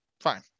fine